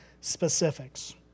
specifics